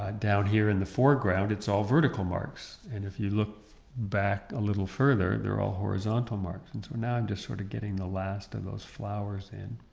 ah down here in the foreground it's all vertical marks and if you look back a little further they're all horizontal marks and so now i'm just sort of getting the last of those flowers in